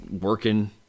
working